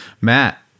Matt